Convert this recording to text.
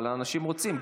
אבל אנשים רוצים.